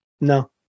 No